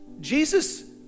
Jesus